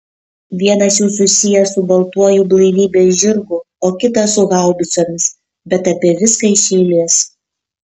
vienas jų susijęs su baltuoju blaivybės žirgu o kitas su haubicomis bet apie viską iš eilės